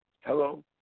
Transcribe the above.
Hello